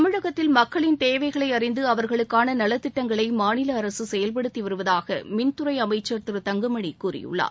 தமிழகத்தில் மக்களின் தேவைகளை அறிந்து அவர்களுக்கான நலத்திட்டங்களை மாநில அரசு செயல்படுத்தி வருவதாக மின்துறை அமைச்சர் திரு தங்கமணி கூறியுள்ளார்